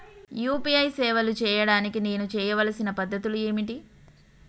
UPI సేవలు చేయడానికి నేను చేయవలసిన పద్ధతులు ఏమిటి?